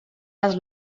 les